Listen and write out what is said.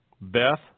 Beth